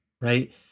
right